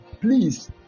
please